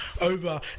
over